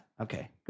Okay